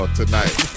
tonight